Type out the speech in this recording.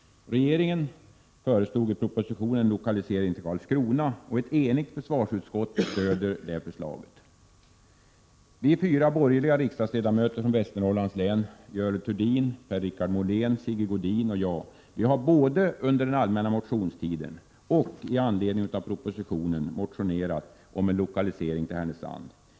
Regeringen föreslog i propositionen en lokalisering till Karlskrona, och ett enigt försvarsutskott stöder det förslaget. Vi är fyra borgerliga riksdagsledamöter från Västernorrlands län — nämligen Görel Thurdin, Per-Richard Molén, Sigge Godin och jag - som både under den allmänna motionstiden och med anledning av propositionen har motionerat om en lokalisering till Härnösand.